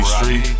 Street